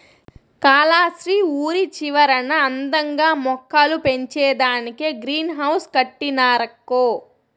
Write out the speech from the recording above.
కాలస్త్రి ఊరి చివరన అందంగా మొక్కలు పెంచేదానికే గ్రీన్ హౌస్ కట్టినారక్కో